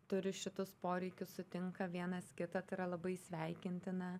turi šitus poreikius sutinka vienas kitą tai yra labai sveikintina